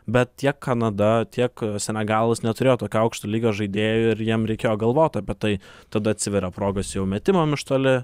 bet tiek kanada tiek senegalas neturėjo tokio aukšto lygio žaidėjų ir jiem reikėjo galvot apie tai tada atsiveria progos jau metimam iš toli